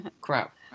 crap